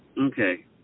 Okay